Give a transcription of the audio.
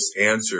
answer